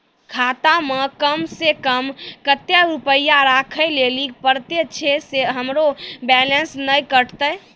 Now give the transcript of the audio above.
खाता मे कम सें कम कत्ते रुपैया राखै लेली परतै, छै सें हमरो बैलेंस नैन कतो?